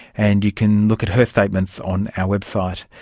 and you can look at her statements on our website.